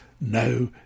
no